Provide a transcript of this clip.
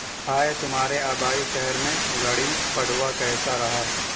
ہائے تمہارے آبائی شہر میں گڑی پڑوا کیسا رہا